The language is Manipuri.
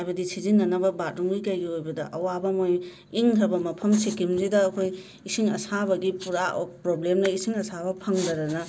ꯍꯥꯏꯕꯗꯤ ꯁꯤꯖꯤꯟꯅꯅꯕ ꯕꯥꯠꯔꯨꯝꯒꯤ ꯀꯩꯒꯤ ꯑꯣꯏꯕꯗ ꯑꯋꯥꯕꯃ ꯑꯣꯏ ꯏꯪꯘ꯭ꯔꯕ ꯃꯐꯝ ꯁꯤꯀꯤꯝꯁꯤꯗ ꯑꯩꯈꯣꯏ ꯏꯁꯤꯡ ꯑꯁꯥꯕꯒꯤ ꯄꯨꯔꯥ ꯄ꯭ꯔꯣꯕ꯭ꯂꯦꯝ ꯂꯩ ꯏꯁꯤꯡ ꯑꯁꯥꯕ ꯐꯪꯗꯗꯅ